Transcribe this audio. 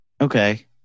okay